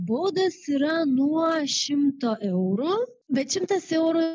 baudos yra nuo šimto eurų bet šimtas eurų